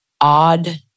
odd